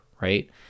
right